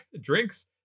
drinks